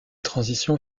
transition